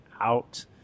out